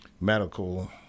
medical